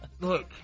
look